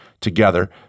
together